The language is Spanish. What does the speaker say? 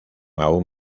aún